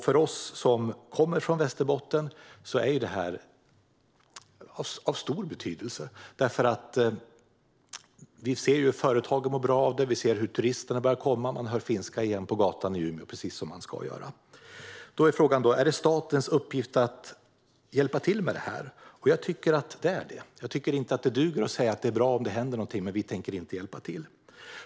För oss som kommer från Västerbotten är detta av stor betydelse. Vi ser att företagen mår bra av det. Vi ser att turisterna börjar att komma. Man hör åter finska på gatan i Umeå, precis som man ska göra. Då är frågan om det är statens uppgift att hjälpa till med detta. Jag tycker att det är det. Jag tycker inte att det duger att säga att det är bra om det händer någonting men att man inte tänker hjälpa till.